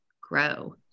grow